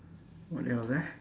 what else eh